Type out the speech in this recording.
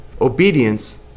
Obedience